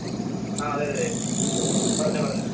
അ അതേ അതേ അതേ പറഞ്ഞോ പറഞ്ഞോ